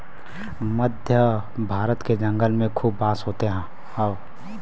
मध्य भारत के जंगल में खूब बांस होत हौ